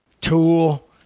Tool